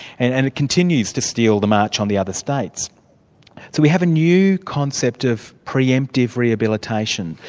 and and it continues to steal the march on the other states. so we have a new concept of pre-emptive rehabilitation,